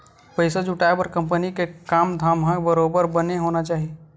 पइसा जुटाय बर कंपनी के काम धाम ह बरोबर बने होना चाही